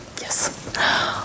Yes